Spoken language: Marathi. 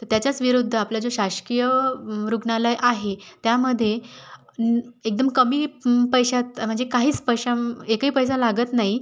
तर त्याच्याच विरुद्ध आपला जो शासकीय रुग्णालय आहे त्यामध्ये एकदम कमी पैशात म्हणजे काहीच पैसा एकही पैसा लागत नाही